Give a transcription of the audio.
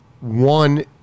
one